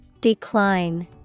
Decline